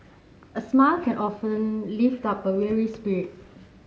a smile can often lift up a weary spirit